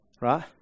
right